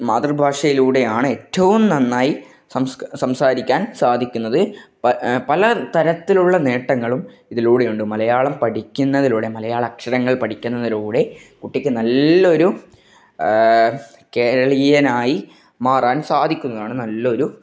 മാതൃഭാഷയിലൂടെ ആണ് ഏറ്റവും നന്നായി സംസാരിക്കാൻ സാധിക്കുന്നത് പല തരത്തിലുള്ള നേട്ടങ്ങളും ഇതിലൂടെയുണ്ട് മലയാളം പഠിക്കുന്നതിലൂടെ മലയാള അക്ഷരങ്ങൾ പഠിക്കുന്നതിലൂടെ കുട്ടിക്ക് നല്ലൊരു കേരളീയനായി മാറാൻ സാധിക്കുന്നതാണ് നല്ലൊരു